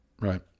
Right